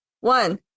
one